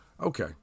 Okay